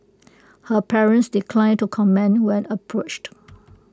her parents declined to comment when approached